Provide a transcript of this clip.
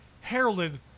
heralded